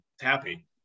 happy